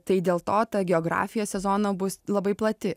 tai dėl to ta geografija sezono bus labai plati